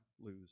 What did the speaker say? lose